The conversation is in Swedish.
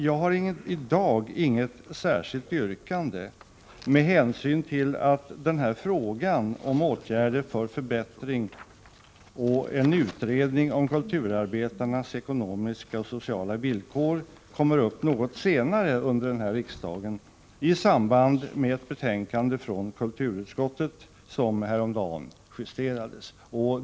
Jag har i dag inget särskilt yrkande med hänsyn till att frågan om åtgärder för förbättring och en utredning om kulturarbetarnas ekonomiska och sociala villkor kommer upp något senare under den här riksdagen i samband med ett betänkande från kulturutskottet, som justerades häromdagen.